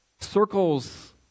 circles